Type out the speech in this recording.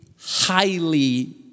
highly